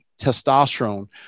testosterone